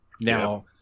Now